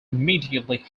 immediately